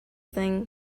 thing